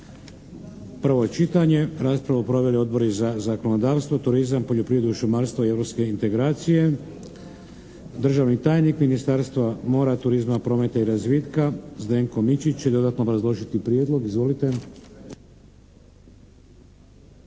Prvo čitanje. Raspravu proveli Odbori za zakonodavstvo, turizam, poljoprivredu, šumarstvo i europske integracije. Državni tajnik Ministarstva mora, turizma, prometa i razvitka Zdenko Mičić će dodatno obrazložiti prijedlog. Izvolite.